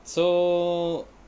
so